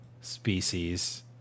Species